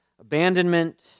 abandonment